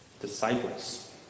disciples